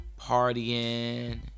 partying